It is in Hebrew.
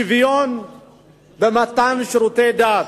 שצריך שוויון במתן שירותי דת,